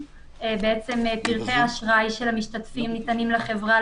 ואנחנו בעצם מאצילים לו סמכות לאכוף את החוק,